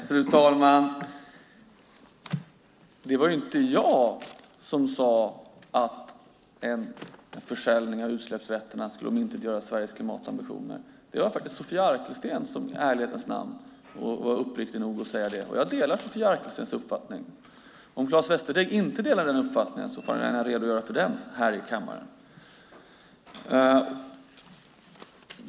Fru talman! Det var inte jag som sade att en försäljning av utsläppsrätterna skulle omintetgöra Sveriges klimatambitioner. Det var Sofia Arkelsten som var uppriktig nog att säga det. Jag delar Sofia Arkelstens uppfattning. Om Claes Västerteg har en annan uppfattning får han redogöra för den här i kammaren.